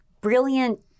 brilliant